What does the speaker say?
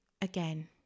again